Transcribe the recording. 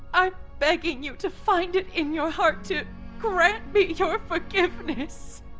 i'm begging you to find it in your heart to grant me your forgiveness.